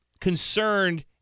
concerned